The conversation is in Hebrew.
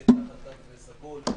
מושכלת תחת התו הסגול,